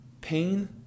pain